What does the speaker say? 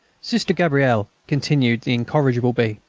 sister gabrielle, continued the incorrigible b,